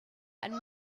and